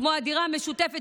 כמו הדירה המשותפת,